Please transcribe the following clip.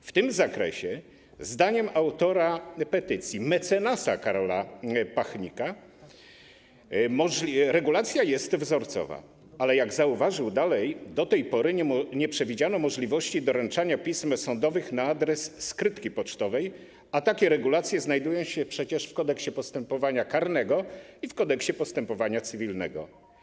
W tym zakresie zdaniem autora petycji mecenasa Karola Pachnika regulacja jest wzorcowa, ale jak zauważył dalej, do tej pory nie przewidziano możliwości doręczania pism sądowych na adres skrytki pocztowej, a takie regulacje znajdują się przecież w Kodeksie postępowania karnego i w Kodeksie postępowania cywilnego.